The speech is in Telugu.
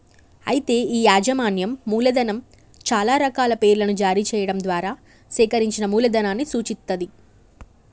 అయితే ఈ యాజమాన్యం మూలధనం చాలా రకాల పేర్లను జారీ చేయడం ద్వారా సేకరించిన మూలధనాన్ని సూచిత్తది